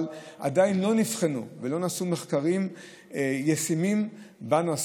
אבל עדיין לא נבחנו ולא נעשו מחקרים ישימים בנושא